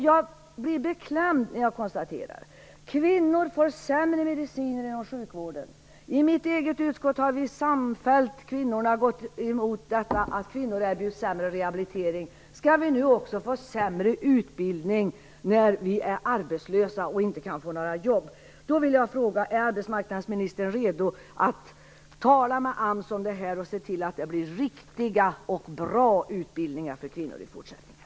Jag blir beklämd när jag kan konstatera att kvinnor får sämre mediciner inom sjukvården. I mitt utskott har vi kvinnor samfällt gått emot att kvinnor erbjuds sämre rehabilitering. Skall vi nu också få sämre utbildning när vi är arbetslösa och inte kan få några jobb? Är arbetsmarknadsministern beredd att tala med AMS om detta och se till att det blir riktiga och bra utbildningar för kvinnor i fortsättningen?